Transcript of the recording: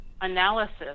analysis